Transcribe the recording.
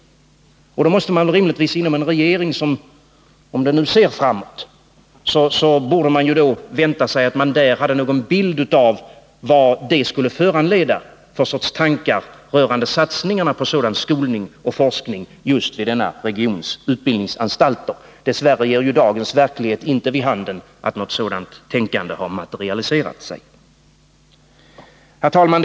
Då måste man rimligtvis inom regeringen, om den ser framåt, ha en bild av vad detta skulle föranleda för sorts tankar rörande satsningarna på sådan skolning och forskning just vid denna regions utbildningsanstalter. Dess värre ger dagens verklighet inte vid handen att något sådant tänkande har materialiserats. Herr talman!